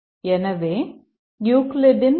எனவே யூக்லிட்டின் மீ